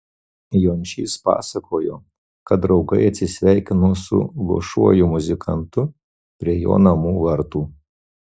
jončys pasakojo kad draugai atsisveikino su luošuoju muzikantu prie jo namų vartų